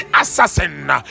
assassin